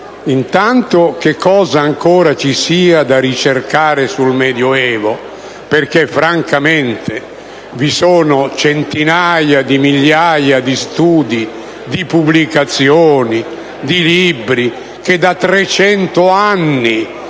innanzitutto, che cosa ancora ci sia da ricercare sul Medioevo. Per dirla francamente, vi sono centinaia di migliaia di studi, pubblicazioni e libri che da trecento